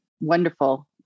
wonderful